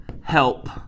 help